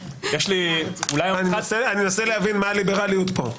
אני אנסה להבין מה הליברליות פה.